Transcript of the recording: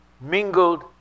mingled